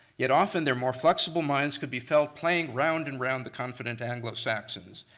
yet often, their more flexible minds could be felt playing round and round the confident anglo-saxons,